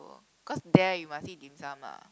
cause there you must eat dim-sum ah